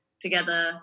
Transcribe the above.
together